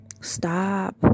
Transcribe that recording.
Stop